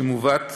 שמובאת